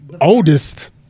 oldest